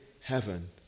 heaven